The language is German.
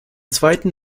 zweiten